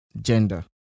gender